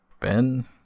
Ben